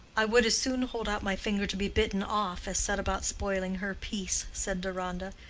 i would as soon hold out my finger to be bitten off as set about spoiling her peace, said deronda.